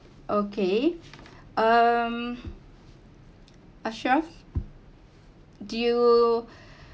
okay um ashraff do you